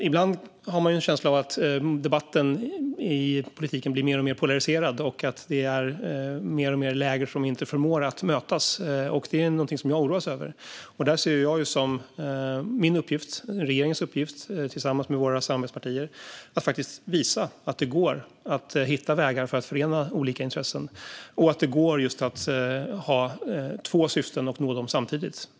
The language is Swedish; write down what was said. Ibland har man en känsla av att debatten i politiken blir mer och mer polariserad och att lägren inte förmår att mötas. Det oroas jag över. Där ser jag som min och regeringens uppgift att tillsammans med våra samarbetspartier faktiskt visa att det går att hitta vägar för att förena olika intressen och att det går att ha två syften och uppnå dem samtidigt.